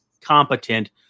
competent